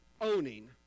owning